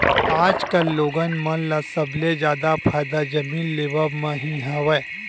आजकल लोगन मन ल सबले जादा फायदा जमीन लेवब म ही हवय